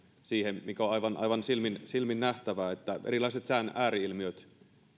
siihen mikä on aivan silmin silmin nähtävää että erilaiset sään ääri ilmiöt